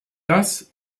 das